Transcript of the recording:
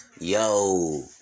yo